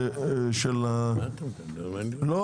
לא